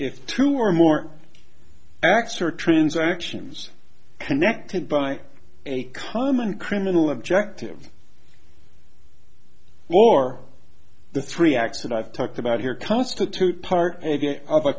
if two or more acts are transactions connected by a common criminal objective or the three acts that i've talked about here constitute part of a